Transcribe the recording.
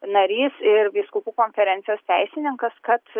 narys ir vyskupų konferencijos teisininkas kad